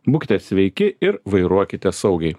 būkite sveiki ir vairuokite saugiai